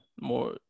more